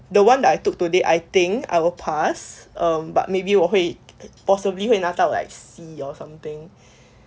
the one that I took today I think I will pass um but maybe 我会 possibly 会拿到 like C or something